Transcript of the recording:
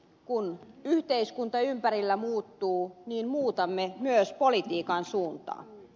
kun yhteiskunta ympärillä muuttuu niin muutamme myös politiikan suuntaa